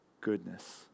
goodness